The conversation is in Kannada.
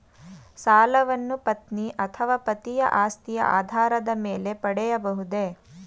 ಸಾಲವನ್ನು ಪತ್ನಿ ಅಥವಾ ಪತಿಯ ಆಸ್ತಿಯ ಆಧಾರದ ಮೇಲೆ ಪಡೆಯಬಹುದೇ?